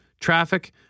traffic